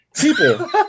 People